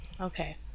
Okay